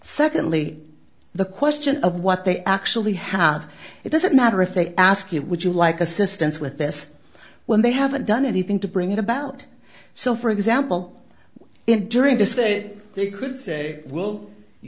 secondly the question of what they actually have it doesn't matter if they ask you would you like assistance with this when they haven't done anything to bring it about so for example enduring to say it they could say well you